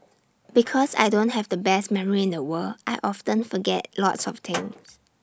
because I don't have the best memory in the world I often forget lots of things